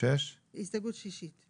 הסתייגות שישית?